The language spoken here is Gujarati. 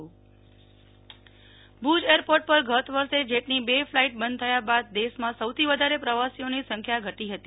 નેહલ ઠક્કર ભુજ એરપોર્ટ ઉડાન યોજના ભુજ એરપોર્ટ પર ગત વર્ષે જેટની બે ફલાઈટ બંધ થયા બાદ દેશમાં સૌથી વધારે પ્રવાસીઓની સંખ્યા ઘટી હતી